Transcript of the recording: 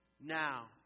Now